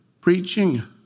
preaching